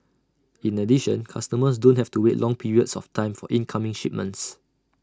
in addition customers don't have to wait long periods of time for incoming shipments